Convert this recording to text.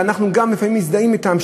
ואנחנו לפעמים גם מזדהים אתם,